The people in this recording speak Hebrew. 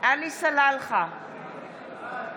עלי סלאלחה,